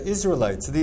Israelites